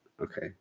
okay